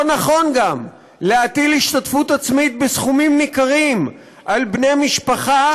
גם לא נכון להטיל השתתפות עצמית בסכומים ניכרים על בני משפחה,